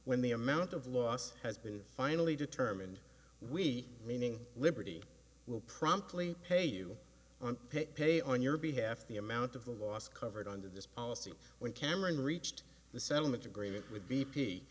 when the amount of loss has been finally determined we meaning liberty will promptly pay you pay pay on your behalf the amount of the loss covered under this policy when cameron reached the settlement agreement with